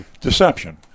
Deception